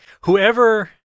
whoever